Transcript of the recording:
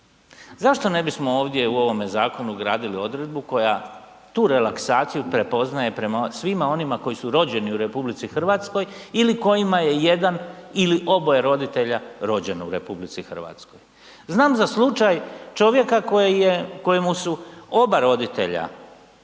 Zašto ne bismo ovdje u ovome zakonu ugradili odredbu koja tu relaksaciju prepoznaje prema svima onima koji su rođeni u RH ili kojima je jedan ili oba roditelja rođeno u RH. Znam za slučaj čovjeka kojemu su oba roditelja